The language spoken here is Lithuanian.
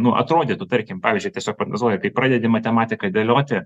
nu atrodytų tarkim pavyzdžiui tiesiog prognozuoja kai pradedi matematiką dėlioti